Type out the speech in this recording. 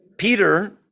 Peter